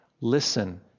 listen